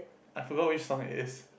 I forgot which song it is